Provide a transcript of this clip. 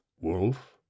wolf